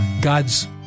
God's